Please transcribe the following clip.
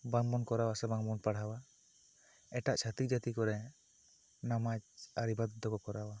ᱵᱟᱝ ᱵᱚᱱ ᱠᱚᱨᱟᱣᱟ ᱥᱮ ᱵᱟᱝ ᱵᱚᱱ ᱯᱟᱲᱦᱟᱣᱟ ᱮᱴᱟᱜ ᱪᱷᱟᱹᱛᱤᱠ ᱡᱟᱹᱛᱤ ᱠᱚᱨᱮ ᱱᱟᱢᱟᱡᱽ ᱟᱨᱤᱵᱟᱫ ᱫᱚᱠᱚ ᱠᱚᱨᱟᱣᱟ